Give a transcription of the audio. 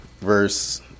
verse